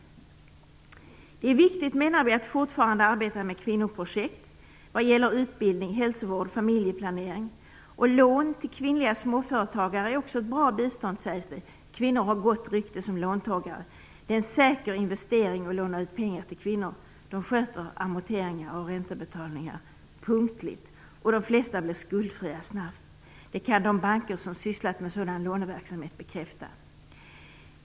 Det är viktigt, menar vi, att fortfarande arbeta med kvinnoprojekt vad gäller utbildning, hälsovård och familjeplanering. Lån till kvinnliga småföretagare sägs också vara ett bra bistånd, eftersom kvinnor har ett gott rykte som låntagare. Det är en säker investering att låna ut pengar till kvinnor. De sköter amorteringar och räntebetalningar punktligt, och de flesta blir skuldfria snabbt. Det kan de banker som sysslat med sådan låneverksamhet bekräfta.